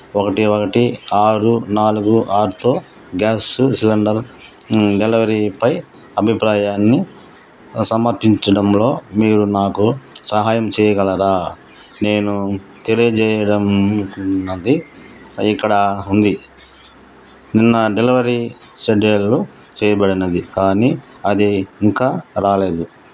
ఒకటి ఒకటి ఆరు నాలుగు ఆరుతో గ్యాస్సు సిలిండర్ డెలివరీపై అభిప్రాయాన్ని సమర్థించడంలో మీరు నాకు సహాయం చేయగలరా నేను తెలియజేయడం అనుకున్నది ఇక్కడ ఉంది నా డెలివరీ షెడ్యూలు చేయబడినది కానీ అది ఇంకా రాలేదు